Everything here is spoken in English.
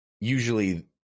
usually